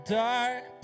dark